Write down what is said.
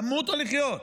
למות או לחיות,